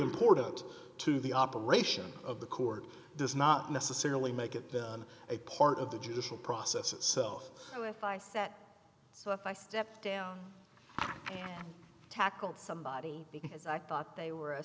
important to the operation of the court does not necessarily make it on a part of the judicial process itself so if i set it so if i step down tackled somebody because i thought they were a